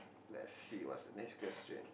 let us see what is the next question